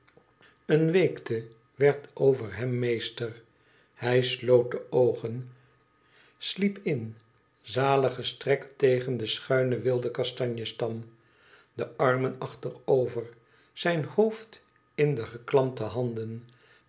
een weekte werd over hem meester hij sloot de oogen sliep in zalig gestrekt tegen den schuinen wilde kastanjestam de armen achterover zijn hoofd in de geklampte handen